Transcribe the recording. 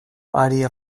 aria